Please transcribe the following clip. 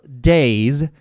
days